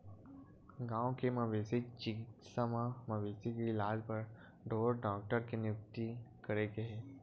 गाँव के मवेशी चिकित्सा म मवेशी के इलाज बर ढ़ोर डॉक्टर के नियुक्ति करे गे हे